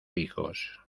hijos